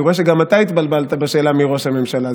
אני רואה שגם אתה התבלבלת בשאלה מי ראש הממשלה,